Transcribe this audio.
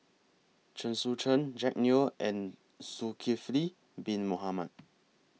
Chen Sucheng Jack Neo and Zulkifli Bin Mohamed